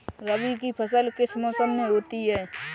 रबी की फसल किस मौसम में होती है?